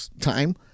time